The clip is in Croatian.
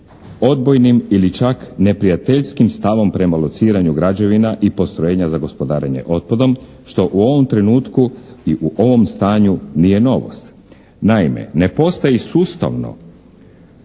odbojnim ili čak neprijateljskim stavom prema lociranju građevina i postrojenja za gospodarenje otpadom što u ovom trenutku i u ovom stanju nije novost. Naime, ne postoji sustavno